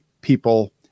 people